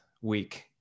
week